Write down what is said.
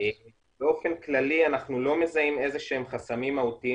באופן כללי אנחנו לא מזהים איזה שהם חסמים מהותיים